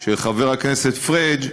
של חבר הכנסת פריג',